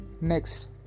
next